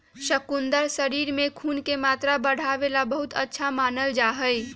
शकुन्दर शरीर में खून के मात्रा बढ़ावे ला बहुत अच्छा मानल जाहई